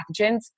pathogens